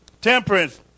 temperance